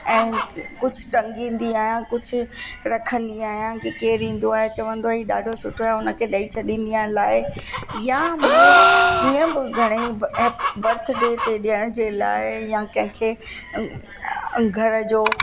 ऐं कुझु टंगींदी आहियां कुझु रखंदी आहियां कि केरु ईंदो आहे चवंदो आहे हे ॾाढो सुठो आहे हुन खे ॾेई छ्ॾींदी आहे लाइ या मूं ईअं बि घणेई ऐप बर्थडे ते ॾियण जे लाइ या कंहिंखे घर